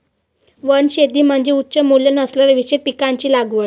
वनशेती म्हणजे उच्च मूल्य असलेल्या विशेष पिकांची लागवड